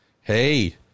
Hey